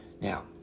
Now